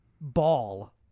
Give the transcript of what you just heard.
ball